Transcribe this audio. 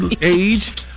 age